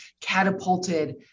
catapulted